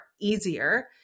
easier